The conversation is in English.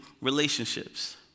relationships